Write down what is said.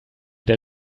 der